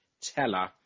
Teller